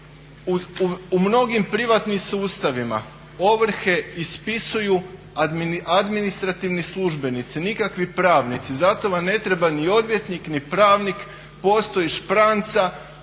u mnogim privatnim sustavima ovrhe ispisuju administrativni službenici, nikakvi pravnici. Zato vam ne treba ni odvjetnik, ni pravnik, postoji špranca